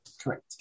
Correct